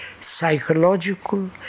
psychological